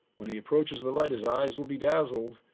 when he approaches the light, his eyes will be dazzled.